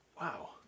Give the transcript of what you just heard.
Wow